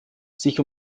sich